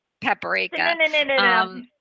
paprika